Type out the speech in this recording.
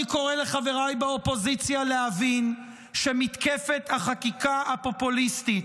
אני קורא לחבריי באופוזיציה להבין שמתקפת החקיקה הפופוליסטית,